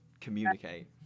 communicate